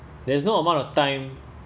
there is no amount of time